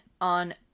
on